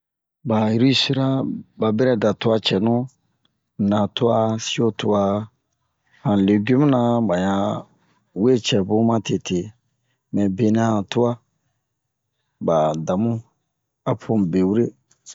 Ba risira ba bɛrɛ da twa cɛnu na twa siyo twa han legum na ba yan we cɛbun ma tete mɛ benɛ a han twa ba damu a po mu be wure